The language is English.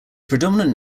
predominant